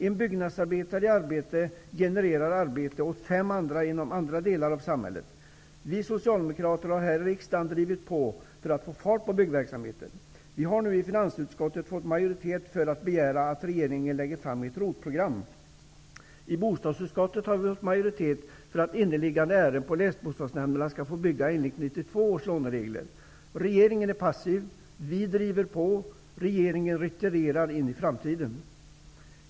En byggnadsarbetare i arbete genererar arbete åt fem andra inom andra delar av samhället. Vi Socialdemokrater har här i riksdagen drivit på för att få fart på byggverksamheten. Vi har nu i finansutskottet fått majoritet för att begära att regeringen lägger fram ett ROT-program. I bostadsutskottet har vi fått majoritet för att inneliggande ärenden hos länsbostadsnämnderna skall få tillstånd att bygga enligt 1992 års låneregler. Regeringen är passiv. Vi driver på, men regeringen retirerar in i framtiden.